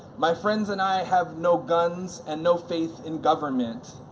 my friends and i have no guns and no faith in government.